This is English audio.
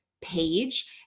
page